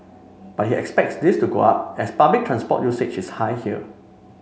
but he expects this to go up as public transport usage is high here